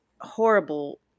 horrible